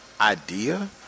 idea